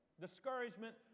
Discouragement